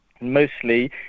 mostly